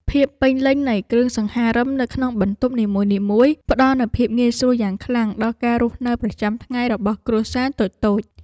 ភាពពេញលេញនៃគ្រឿងសង្ហារិមនៅក្នុងបន្ទប់នីមួយៗផ្ដល់នូវភាពងាយស្រួលយ៉ាងខ្លាំងដល់ការរស់នៅប្រចាំថ្ងៃរបស់គ្រួសារតូចៗ។